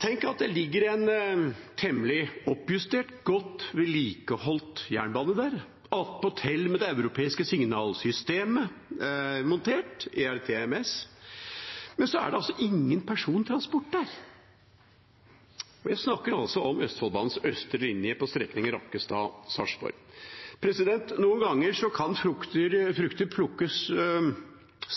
Tenk at det ligger en temmelig oppjustert, godt vedlikeholdt jernbane der – attpåtil med det europeiske signalsystemet montert, ERTMS, men så er det ingen persontransport der. Jeg snakker om Østfoldbanens østre linje på strekningen Rakkestad–Sarpsborg. Noen ganger kan frukter plukkes